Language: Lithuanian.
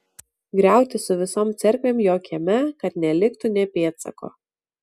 griauti su visom cerkvėm jo kieme kad neliktų nė pėdsako